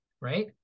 right